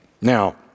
Now